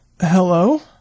Hello